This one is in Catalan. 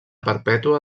perpètua